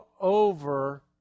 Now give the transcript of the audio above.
over